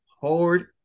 hard